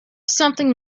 something